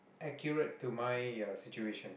accurate to my uh situation